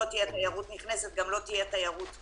אם לא תהיה תיירות נכנסת, גם לא תהיה תיירות פנים.